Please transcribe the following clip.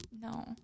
No